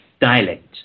dialect